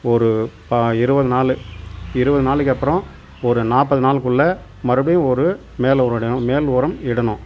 ஒரு பா இருபது நாள் இருபது நாளைக்கு அப்புறம் ஒரு நாற்பது நாளுக்குள்ளே மறுபடியும் ஒரு மேலே ஒரு இடம் மேல் உரம் இடணும்